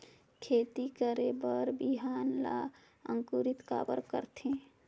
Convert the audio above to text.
खेती करे बर बिहान ला अंकुरित काबर करथे?